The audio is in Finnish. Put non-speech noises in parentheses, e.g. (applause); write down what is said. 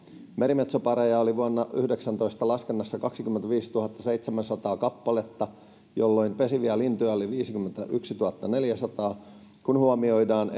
merimetsopareja oli vuonna yhdeksäntoista laskennassa kaksikymmentäviisituhattaseitsemänsataa kappaletta jolloin pesiviä lintuja oli viisikymmentätuhattaneljäsataa kun huomioidaan (unintelligible)